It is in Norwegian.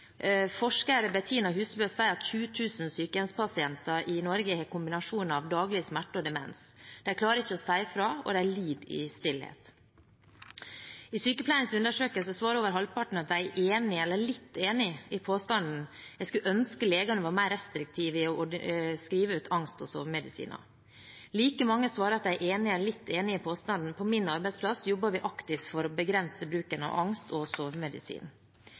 Bettina Husebø sier at 20 000 sykehjemspasienter i Norge har en kombinasjon av daglig smerte og demens. De klarer ikke å si fra, og de lider i stillhet. I Sykepleiens undersøkelse svarer over halvparten at de er enig i eller litt enig i påstanden: «Jeg skulle ønske legene var mer restriktive i å ordinere angst- og sovemedisiner.» Like mange svarer at de er enig i eller litt enig i påstanden: «På min arbeidsplass jobber vi aktivt for å begrense bruken av angst- og